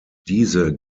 diese